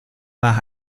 nach